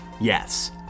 Yes